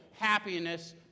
happiness